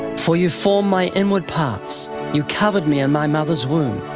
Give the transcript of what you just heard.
for you formed my inward parts you covered me in my mother's womb.